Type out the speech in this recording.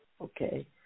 Okay